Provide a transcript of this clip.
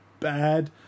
Bad